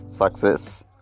success